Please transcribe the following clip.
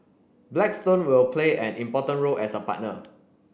Blackstone will play an important role as a partner